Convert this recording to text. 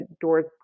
doors